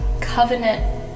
covenant